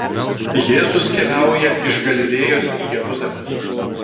jėzus keliauja iš galilėjos į jeruzalę